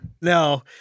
No